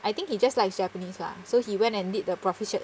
I think he just likes japanese lah so he went and did the proficien~